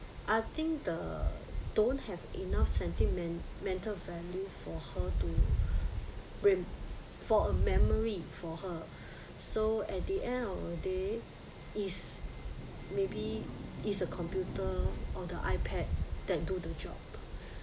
I think the don't have enough sentiment mental value for her to remem~ for a memory for her so at the end of the day is maybe is a computer or the ipad then do the job